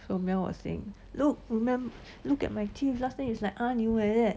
so mel was saying look remem~ look at my teeth last time is like 阿牛 like that